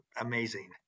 amazing